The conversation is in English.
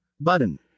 button